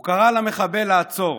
הוא קרא למחבל לעצור.